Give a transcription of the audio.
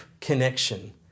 connection